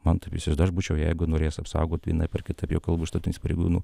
man taip įsivaizduoju aš būčiau jeigu norėjęs apsaugot vienaip ar kitaip jau kalbu užtat neįsipareigo nu